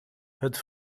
het